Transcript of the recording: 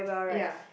ya